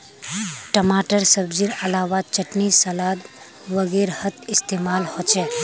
टमाटर सब्जिर अलावा चटनी सलाद वगैरहत इस्तेमाल होचे